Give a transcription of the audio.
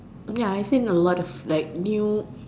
ya I seen a lot of like new